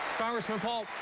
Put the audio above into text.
congressman paul,